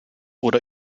oder